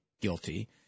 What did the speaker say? guilty